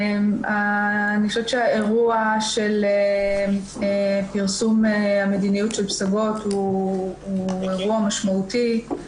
אני חושבת שהאירוע של פרסום המדיניות של פסגות הוא אירוע משמעותי.